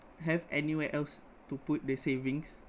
have anywhere else to put the savings